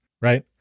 right